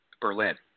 Berlin